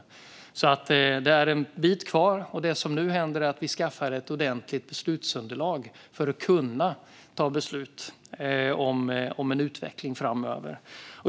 Det är en bit kvar. Det som nu händer är att vi skaffar ett ordentligt beslutsunderlag för att kunna fatta beslut om en utveckling framöver.